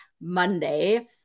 Monday